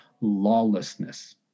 lawlessness